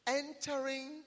entering